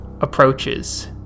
approaches